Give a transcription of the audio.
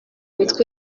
bitwa